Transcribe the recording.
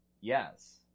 Yes